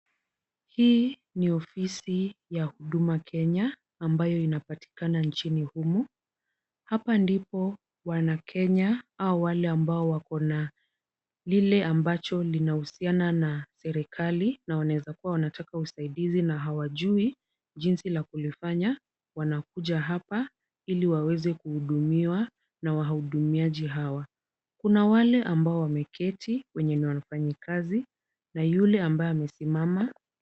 Hii ni ofisi ya huduma Kenya ambayo inapatikana nchini humu. Hapa ndipo wanakenya au wale ambao wakona lile ambacho linahusiana na serikali na wanaeza kuwa wanataka usaidizi na hawajui jinsi la kulifanya wanakuja hapa ili waweze kuhudumiwa na wahudumiaji hawa. Kuna wale ambao wameketi wenye ni wafanyikazi na yule ambaye amesimama.